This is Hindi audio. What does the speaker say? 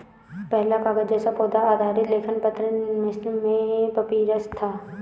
पहला कागज़ जैसा पौधा आधारित लेखन पत्र मिस्र में पपीरस था